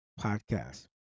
podcast